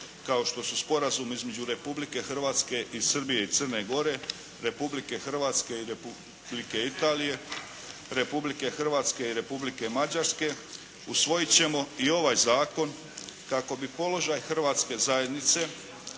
kao što su Sporazum između Republike Hrvatske i Srbije i Crne Gore, Republike Hrvatske i Republike Italije, Republike Hrvatske i Republike Mađarske. Usvojit ćemo i ovaj zakon kako bi položaj hrvatske zajednice